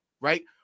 right